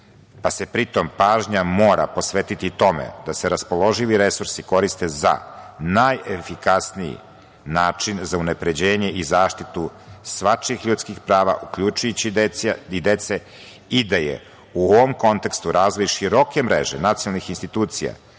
pa se pritom pažnja mora posvetiti tome da se raspoloživi resursi koriste za najefikasniji način za unapređenje i zaštitu svačijih ljudskih prava, uključujući i dece, i da je u ovom kontekstu razvoj široke mreže nacionalnih institucija